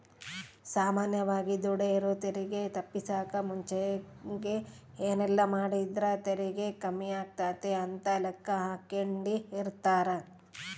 ಸಾಮಾನ್ಯವಾಗಿ ದುಡೆರು ತೆರಿಗೆ ತಪ್ಪಿಸಕ ಮುಂಚೆಗೆ ಏನೆಲ್ಲಾಮಾಡಿದ್ರ ತೆರಿಗೆ ಕಮ್ಮಿಯಾತತೆ ಅಂತ ಲೆಕ್ಕಾಹಾಕೆಂಡಿರ್ತಾರ